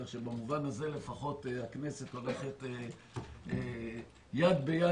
כך שבמובן הזה לפחות הכנסת הולכת יד ביד